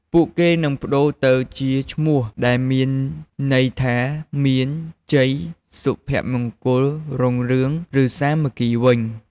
ពួកគេនឹងប្ដូរទៅជាឈ្មោះដែលមានន័យថា "មាន" "ជ័យ" "សុភមង្គល" "រុងរឿង" ឬ "សាមគ្គី" វិញ។